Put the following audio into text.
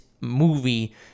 movie